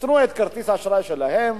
ייתנו את כרטיס האשראי שלהם,